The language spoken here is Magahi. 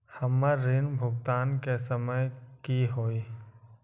हमर ऋण भुगतान के समय कि होई?